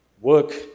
work